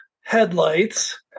headlights